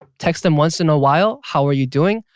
text them once in a while. how are you doing?